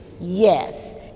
Yes